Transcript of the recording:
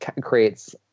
creates